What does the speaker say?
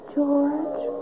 George